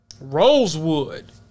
Rosewood